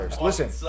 Listen